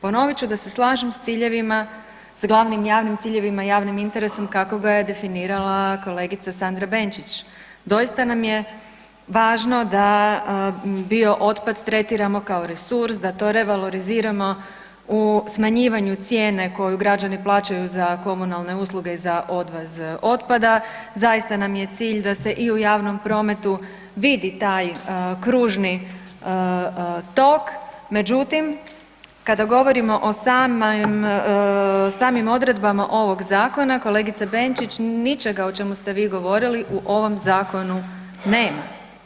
Ponovit ću da se slažem s ciljevima, s glavnim javim ciljevima i javnim interesom kako ga je definirala kolegica Sandra Benčić, doista nam je važno da bio otpad tretiramo kao resurs, da to revaloriziramo u smanjivanju cijene koju građani plaćaju za komunalne usluge i za odvoz otpada, zaista nam je cilj da se i u javnom prometu vidi taj kružni tok međutim kada govorimo o samim odredbama ovog zakona, kolegice Benčić, ničega o čemu ste vi govorili, u ovom zakonu nema.